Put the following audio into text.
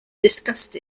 discussed